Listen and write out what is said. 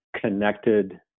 connected